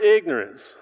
ignorance